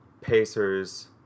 Pacers